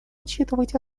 учитывать